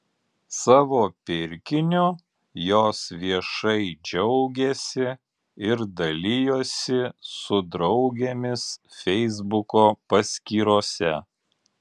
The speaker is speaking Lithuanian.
savo pirkiniu jos viešai džiaugėsi ir dalijosi su draugėmis feisbuko paskyrose